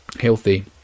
healthy